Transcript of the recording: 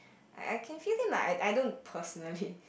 I I can feel him lah I don't personally